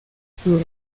sus